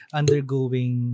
undergoing